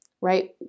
right